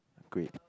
great